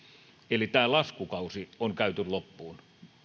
eli tämä laskukausi on käyty loppuun